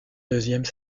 deuxième